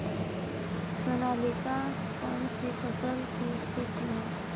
सोनालिका कौनसी फसल की किस्म है?